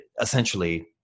essentially